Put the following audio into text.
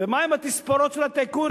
ומה עם התספורות של הטייקונים,